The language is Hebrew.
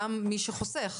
גם החוסכים,